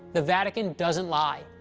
the vatican doesn't lie.